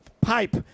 pipe